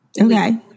Okay